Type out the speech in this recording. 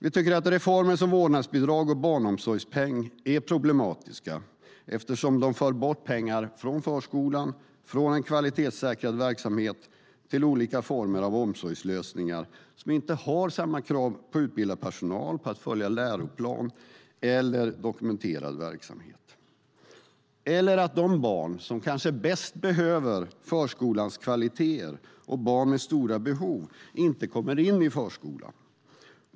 Vi tycker att reformer som vårdnadsbidrag och barnomsorgspeng är problematiska eftersom de för bort pengar från förskolan och en kvalitetssäkrad verksamhet till olika former av omsorgslösningar som inte har samma krav på utbildad personal, att följa läroplan eller dokumenterad verksamhet. Det kan leda till att de barn som kanske bäst behöver förskolans kvaliteter, barn med stora behov, inte kommer in i förskolan.